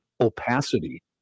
opacity